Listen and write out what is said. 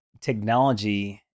technology